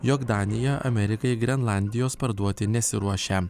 jog danija amerikai grenlandijos parduoti nesiruošia